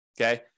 okay